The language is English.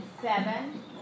seven